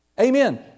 Amen